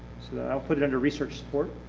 i will put it under research support.